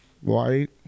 white